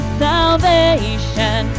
salvation